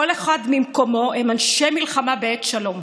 כל אחד ממקומו, הם אנשי מלחמה בעת שלום.